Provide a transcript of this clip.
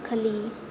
ಕಲಿ